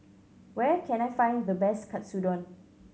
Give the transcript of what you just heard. where can I find the best Katsudon